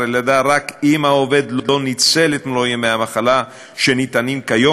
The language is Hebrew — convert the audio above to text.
הלידה רק אם העובד לא ניצל את מלוא ימי המחלה שניתנים כיום